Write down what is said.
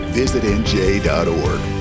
visitnj.org